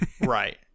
right